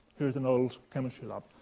here's an old chemistry lab.